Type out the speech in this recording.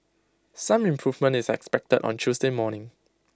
some improvement is expected on Tuesday morning